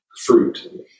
fruit